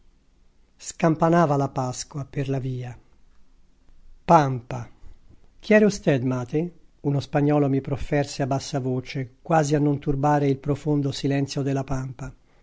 giorno scampanava la pasqua per la via anti ana ampa ero sted ate uno spagnolo mi profferse a bassa voce quasi a non turbare il profondo silenzio della pampa